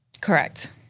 Correct